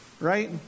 Right